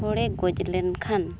ᱦᱚᱲᱮ ᱜᱚᱡᱽ ᱞᱮᱱᱠᱷᱟᱱ